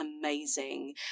amazing